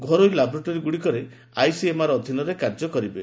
ଘରୋଇ ଲାବୋରେଟୋରୀଗୁଡ଼ିକ ଆଇସିଏମ୍ଆର୍ ଅଧୀନରେ କାର୍ଯ୍ୟ କରିବେ